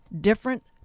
different